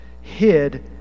hid